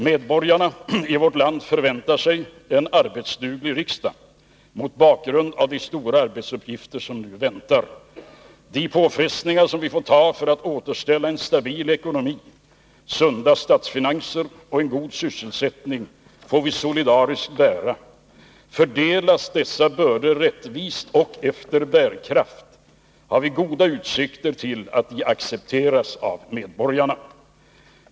Medborgarna i vårt land förväntar sig en arbetsduglig riksdag mot bakgrund av de stora arbetsuppgifter som nu väntar. De påfrestningar som vi får ta för att återställa en stabil ekonomi, sunda statsfinanser och en god sysselsättning får vi solidariskt bära. Fördelas dessa bördor rättvist och efter bärkraft, har vi goda utsikter till att de accepteras av medborgarna.